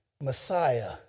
Messiah